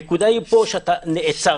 הנקודה היא פה שאתה נעצרת.